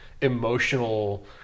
emotional